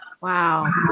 Wow